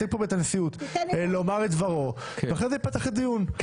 ספרתי ובהן צדק לא אמרתי ולא ידעתי את הסיפור הזה,